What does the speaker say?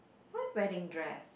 what wedding dress